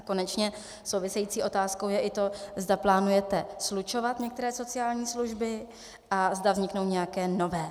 A konečně související otázkou je i to, zda plánujete slučovat některé sociální služby a zda vzniknou nějaké nové.